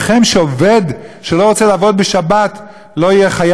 שלא רוצה לעבוד בשבת לא יהיה חייב לעבוד בשבת.